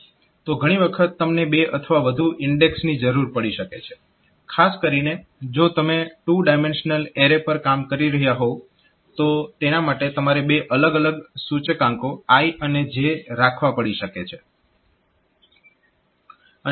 તો ઘણી વખત તમને બે અથવા વધુ ઇન્ડેક્સની જરૂર પડી શકે છે ખાસ કરીને જો તમે 2 ડાઈમેંશનલ એરે પર કામ કરી રહ્યા હોવ તો તેના માટે તમારે બે અલગ અલગ સૂચકાંકો i અને j રાખવા પડી શકે છે